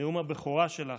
נאום הבכורה שלך,